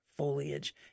foliage